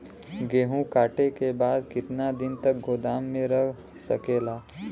गेहूँ कांटे के बाद कितना दिन तक गोदाम में रह सकेला?